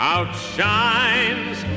Outshines